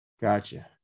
Gotcha